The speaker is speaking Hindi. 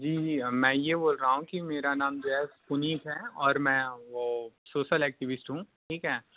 जी मैं ये बोल रहा हूँ कि मेरा नाम जो है सुनील है और मैं वो सोशल एक्टिविस्ट हूँ ठीक है